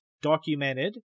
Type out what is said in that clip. documented